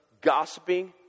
gossiping